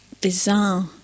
bizarre